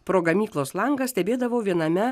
pro gamyklos langą stebėdavau viename